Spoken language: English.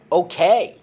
okay